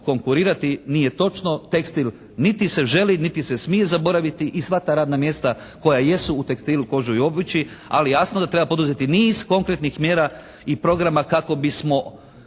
konkurirati. Nije točno. Tekstil niti se želi, niti se smije zaboraviti i sva ta radna mjesta koja jesu u tekstilu, koži i obući ali jasno da treba poduzeti niz konkretnih mjera i programa kako bismo